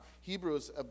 Hebrews